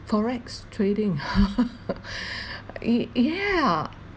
forex trading yeah